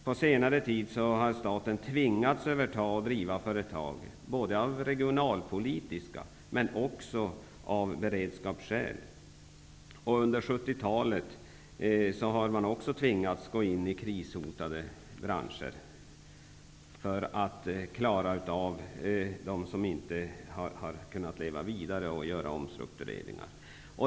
På senare tid har staten tvingats överta och driva företag både av regionalpolitiska skäl men också av beredskapsskäl. Under 70-talet tvingades staten också gå in i krishotade branscher som inte klarade av att göra nödvändiga omstruktureringar.